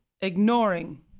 ignoring